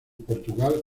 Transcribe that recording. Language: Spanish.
portugal